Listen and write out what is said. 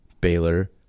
Baylor